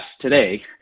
today